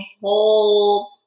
whole